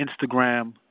Instagram